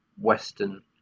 Western